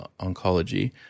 oncology